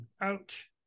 ouch